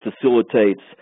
facilitates